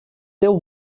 déu